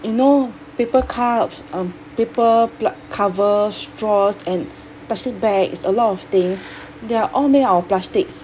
you know paper cups or paper pl~ cover straws and plastic bags a lot of things there are all made out of plastics